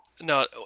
No